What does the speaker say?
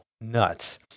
Nuts